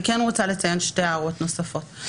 אני רוצה לציין שתי הערות נוספות.